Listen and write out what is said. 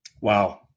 Wow